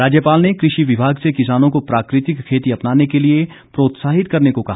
राज्यपाल ने कृषि विभाग से किसानों को प्राकृतिक खेती अपनाने के लिए प्रोत्साहित करने को कहा